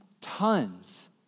tons